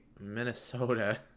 minnesota